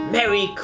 Merry